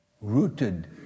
rooted